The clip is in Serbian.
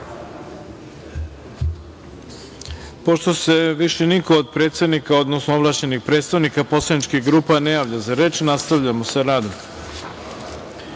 Hvala. Pošto se više niko od predsednika, odnosno ovlašćenih predstavnika poslaničkih grupa ne javlja za reč, nastavljamo sa